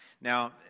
now